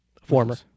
Former